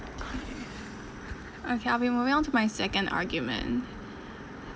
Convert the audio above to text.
okay I'll be moving onto my second argument